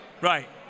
Right